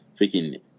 freaking